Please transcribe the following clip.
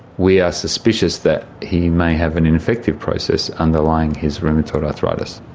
we are suspicious that he may have an infective process underlying his rheumatoid arthritis.